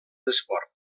l’esport